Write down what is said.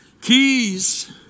Keys